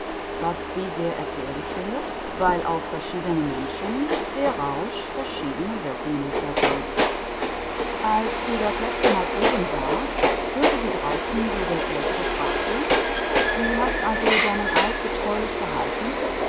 was sie sehr erklärlich findet weil auf verschiedene menschen der rausch verschiedene wirkungen hervorbringt als sie das letztemal oben war hörte sie draußen wie der aeltere fragte du hast also deinen eid getreulich gehalten